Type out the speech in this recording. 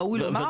ראוי לומר,